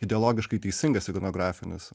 ideologiškai teisingas ikonografinis